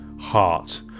heart